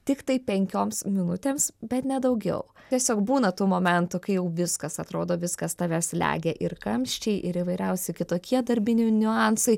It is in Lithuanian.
tiktai penkioms minutėms bet ne daugiau tiesiog būna tų momentų kai jau viskas atrodo viskas tave slegia ir kamščiai ir įvairiausi kitokie darbinių niuansai